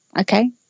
okay